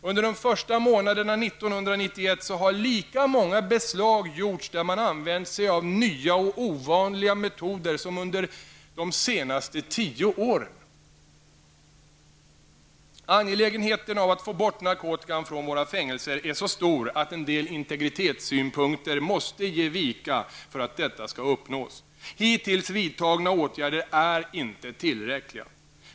Under de första månaderna 1991 har lika många beslag gjorts där man använt sig av nya och ovanliga metoder som under de senaste tio åren. Angelägenheten av att få bort narkotikan från våra fängelser är så stor att en del integritetssynpunkter måste ge vika för att detta skall uppnås. Hittills vidtagna åtgärder är inte tillräckliga.